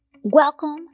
Welcome